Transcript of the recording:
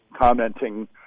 commenting